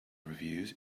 reviews